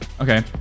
okay